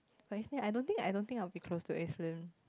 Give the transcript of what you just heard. but Evelyn I don't think I don't think I will be close to Evelyn